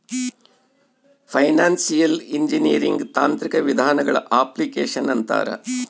financial engineering ತಾಂತ್ರಿಕ ವಿಧಾನಗಳ application ಅಂತಾರ